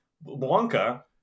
Blanca